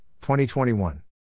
2021